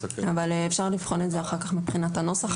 אפשר לבחון את זה אחר כך מבחינת הנוסח,